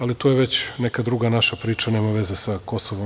Ali to je već neka druga priča, nema veze sa KiM.